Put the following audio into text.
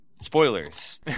spoilers